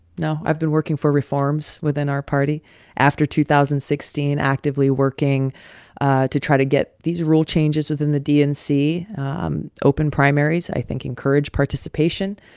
no. i've been working for reforms within our party after two thousand and sixteen, actively working to try to get these rule changes within the dnc um open primaries, i think, encourage participation,